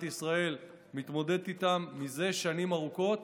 ישראל מתמודדת איתם מזה שנים ארוכות.